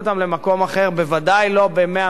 בוודאי לא ב-100 מיליון שקל,